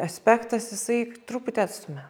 aspektas jisai truputį atstumia